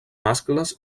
mascles